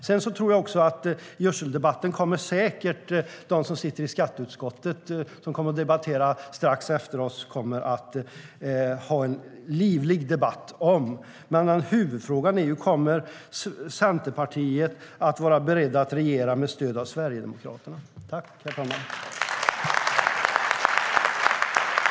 Jag tror säkert att de som sitter i skatteutskottet och som ska debattera strax efter oss kommer att ha en livlig debatt om gödsel. Huvudfrågan är dock om Centerpartiet kommer att vara berett att regera med stöd av Sverigedemokraterna.